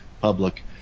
public